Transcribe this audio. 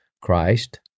Christ